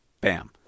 bam